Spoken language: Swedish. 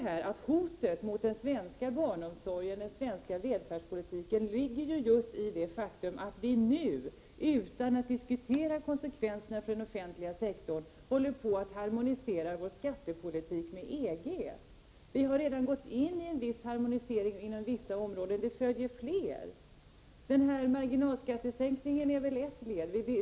Hotet mot den svenska barnomsorgen och den svenska välfärdspolitiken ligger just i det faktum att vi nu, utan att diskutera konsekvenserna för den offentliga sektorn, håller på att harmonisera vår skattepolitik med EG:s. Vi har redan gjort en viss harmonisering på en del områden, och det följer på fler områden. Marginalskattesänkningen är väl ett led.